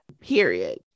period